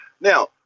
now